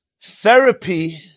Therapy